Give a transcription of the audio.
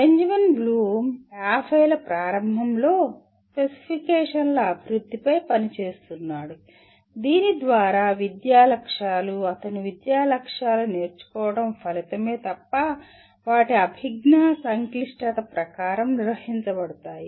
Benjamin Bloom '50 ల ప్రారంభంలో స్పెసిఫికేషన్ల అభివృద్ధిపై పనిచేస్తున్నాడు దీని ద్వారా విద్యా లక్ష్యాలు అతని విద్యా లక్ష్యాలు నేర్చుకోవడం ఫలితమే తప్ప వాటి అభిజ్ఞా సంక్లిష్టత ప్రకారం నిర్వహించబడతాయి